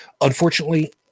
Unfortunately